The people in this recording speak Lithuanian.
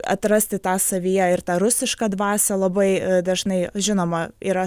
atrasti tą savyje ir tą rusišką dvasią labai dažnai žinoma yra